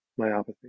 myopathy